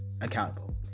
accountable